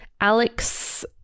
Alex